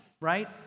right